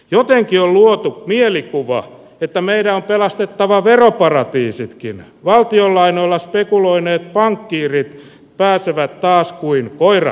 jotenkin on luotu mielikuva että meillä on pelastettava veroparatiisitkin valtion lainoilla spekuloineet pankkiirit pääsevät taas kuin koira